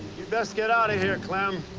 best get outta here, clem.